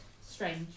strange